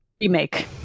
remake